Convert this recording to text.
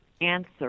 answer